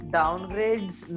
downgrades